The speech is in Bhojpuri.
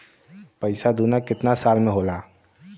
पैसा दूना कितना साल मे होला?